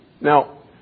Now